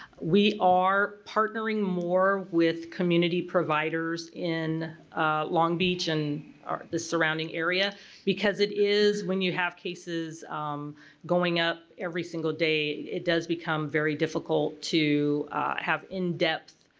we are partnering more with community providers in long beach and the surrounding area because it is when you have cases going up every single day it does become very difficult to have in-depth